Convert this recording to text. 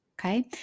Okay